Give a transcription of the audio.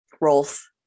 Rolf